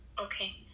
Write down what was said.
Okay